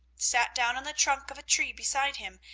sat down on the trunk of a tree, beside him,